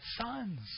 sons